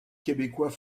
québécois